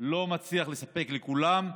לא מצליח לספק לכולם,